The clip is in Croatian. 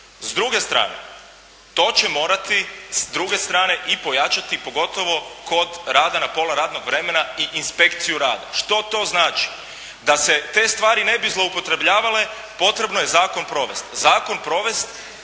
S druge strane, to će morati s druge strane i pojačati pogotovo kod rada na pola radnog vremena i inspekciju rada. Što to znači? Da se te stvari ne bi zloupotrebljavale potrebno je zakon provesti.